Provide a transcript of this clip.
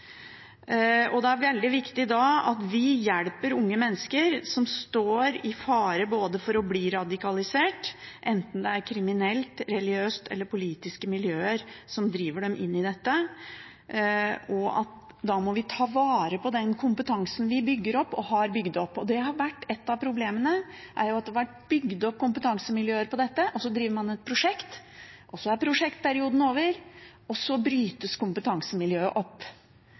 Da er det veldig viktig at vi hjelper unge mennesker som står i fare for å bli radikalisert – enten det er kriminelle, religiøse eller politiske miljøer som driver dem inn i dette – og da må vi ta vare på den kompetansen vi bygger opp, og som vi har bygget opp. Og ett av problemene er jo at det har vært bygget opp kompetansemiljøer på dette, så driver man et prosjekt, så er prosjektperioden over, og så brytes kompetansemiljøet opp.